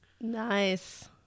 Nice